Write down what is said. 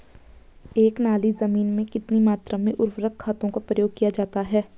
एक नाली जमीन में कितनी मात्रा में उर्वरक खादों का प्रयोग किया जाता है?